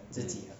mm